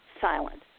silent